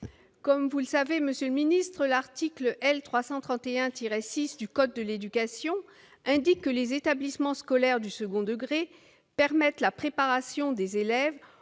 Comme vous le savez, monsieur le secrétaire d'État, l'article L. 331-6 du code de l'éducation dispose que les établissements scolaires du second degré permettent la préparation des élèves